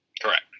Correct